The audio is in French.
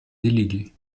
déléguées